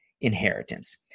inheritance